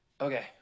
Okay